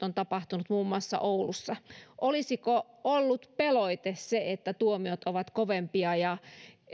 on tapahtunut muun muassa oulussa olisiko se ollut pelote että tuomiot ovat kovempia ja